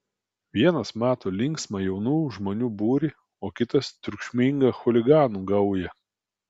vienas mato linksmą jaunų žmonių būrį o kitas triukšmingą chuliganų gaują